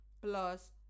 plus